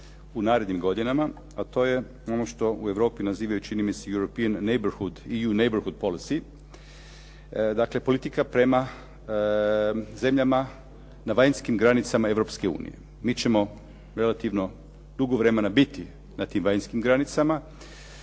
u narednim godinama, a to je ono što u Europi nazivaju čini mi se Europien neighbourhood, EU neighbourhood policy. Dakle, politika prema zemljama na vanjskim granicama Europske unije. Mi ćemo relativno dugo vremena biti na tim vanjskim granicama.